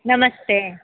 नमस्ते